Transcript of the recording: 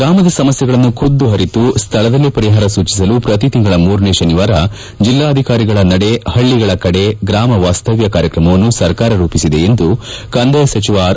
ಗ್ರಾಮದ ಸಮಸ್ನೆಗಳನ್ನು ಖುದ್ದು ಅರಿತು ಸ್ನಳದಲ್ಲೇ ಪರಿಹಾರ ಸೂಚಿಸಲು ಪ್ರತಿತಿಂಗಳ ಮೂರನೇ ಶನಿವಾರ ಜಿಲ್ಲಾಧಿಕಾರಿಗಳ ನಡೆ ಹಳ್ಳಗಳ ಕಡೆ ಗ್ರಾಮ ವಾಸ್ತವ್ಲ ಕಾರ್ಯಕ್ರಮವನ್ನು ಸರ್ಕಾರ ರೂಪಿಸಿದೆ ಎಂದು ಕಂದಾಯ ಸಚಿವ ಆರ್